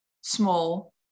small